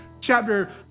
chapter